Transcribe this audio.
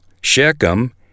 Shechem